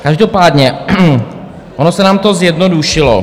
Každopádně ono se nám to zjednodušilo.